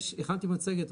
הכנתי מצגת,